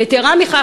יתרה מזו,